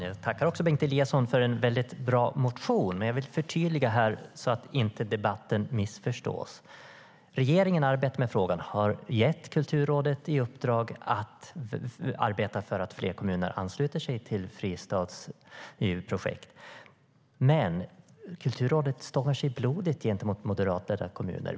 Herr talman! Jag tackar Bengt Eliasson för en bra motion, men låt mig förtydliga något så att debatten inte missförstås. Regeringen arbetar med frågan och har gett Kulturrådet i uppdrag att arbeta för att fler kommuner ansluter sig till EU:s fristadsprojekt. Men Kulturrådet stångar sig blodigt mot moderatledda kommuner.